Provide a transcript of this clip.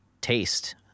taste